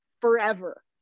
forever